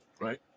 Right